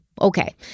okay